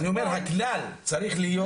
אני אומר שהכלל צריך להיות.